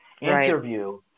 Interview